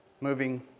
moving